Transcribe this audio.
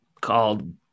called